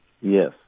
Yes